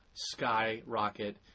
Skyrocket